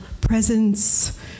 presence